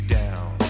down